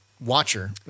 watcher